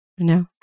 No